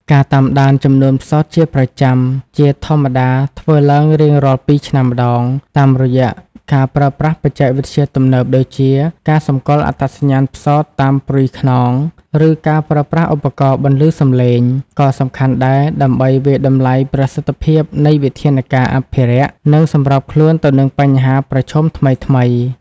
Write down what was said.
ការតាមដានចំនួនផ្សោតជាប្រចាំ ជាធម្មតាធ្វើឡើងរៀងរាល់ពីរឆ្នាំម្តង តាមរយៈការប្រើប្រាស់បច្ចេកវិទ្យាទំនើបដូចជាការសម្គាល់អត្តសញ្ញាណផ្សោតតាមព្រុយខ្នង ឬការប្រើប្រាស់ឧបករណ៍បន្លឺសម្លេង ក៏សំខាន់ដែរដើម្បីវាយតម្លៃប្រសិទ្ធភាពនៃវិធានការអភិរក្ស និងសម្របខ្លួនទៅនឹងបញ្ហាប្រឈមថ្មីៗ។